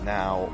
now